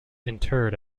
interred